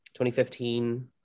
2015